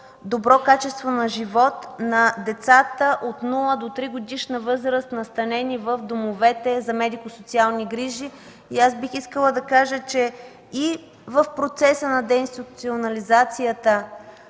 по-добро качество на живот на децата от нула до тригодишна възраст, настанени в домовете за медико-социални грижи. Бих искала да кажа, че и в процеса на деинституционализацията,